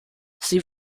sie